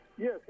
Yes